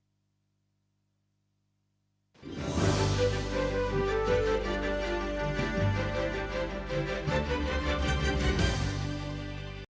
Дякую.